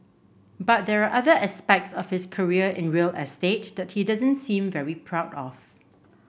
but there are other aspects of his career in real estate that he doesn't seem very proud of